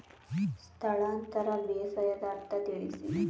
ಸ್ಥಳಾಂತರ ಬೇಸಾಯದ ಅರ್ಥ ತಿಳಿಸಿ?